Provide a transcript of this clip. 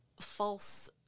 false